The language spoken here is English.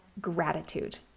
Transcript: gratitude